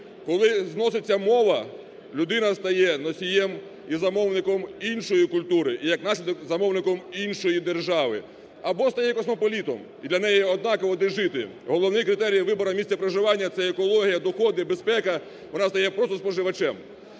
Коли зноситься мова, людина стає носієм і замовником іншої культури і як наслідок – замовником іншої держави. Або стає космополітом і для неї однаково де жити, головний критерій вибору місця проживання – це екологія, доходи, безпека, вона стає позаспоживачем.